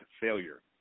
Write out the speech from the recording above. failure